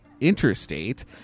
interstate